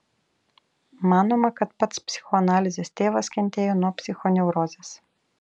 manoma kad pats psichoanalizės tėvas kentėjo nuo psichoneurozės